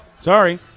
Sorry